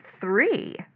three